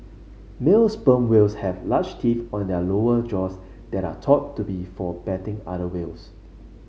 male sperm whales have large teeth on their lower jaws that are thought to be for battling other well